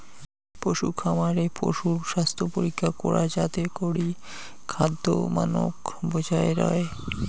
পশুখামারে পশুর স্বাস্থ্যপরীক্ষা করা যাতে করি খাদ্যমানক বজায় রয়